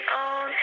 on